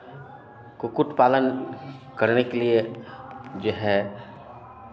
कुक्कुट पालन करने के लिए जो है